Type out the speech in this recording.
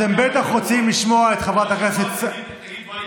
אתם בטח רוצים לשמוע את חברת הכנסת, דברים אחרים.